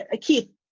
Keith